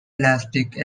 elastic